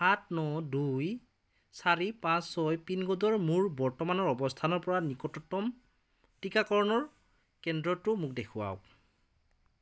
সাত ন দুই চাৰি পাঁচ ছয় পিন ক'ডৰ মোৰ বৰ্তমানৰ অৱস্থানৰ পৰা নিকটতম টীকাকৰণৰ কেন্দ্ৰটো মোক দেখুৱাওক